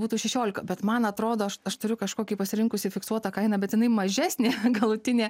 būtų šešiolika bet man atrodo aš aš turiu kažkokį pasirinkusi fiksuotą kainą bet jinai mažesnė galutinė